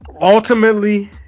ultimately